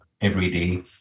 everyday